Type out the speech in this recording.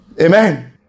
Amen